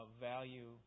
value